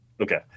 Okay